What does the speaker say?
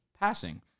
passing